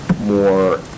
more